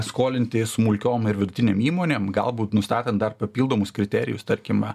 skolinti smulkiom ir vidutinėm įmonėm galbūt nustatant dar papildomus kriterijus tarkim